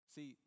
See